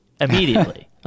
immediately